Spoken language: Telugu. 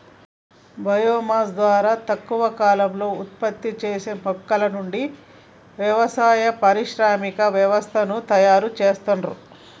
బయో మాస్ ద్వారా తక్కువ కాలంలో ఉత్పత్తి చేసే మొక్కల నుండి, వ్యవసాయ, పారిశ్రామిక వ్యర్థాల నుండి తయరు చేస్తారు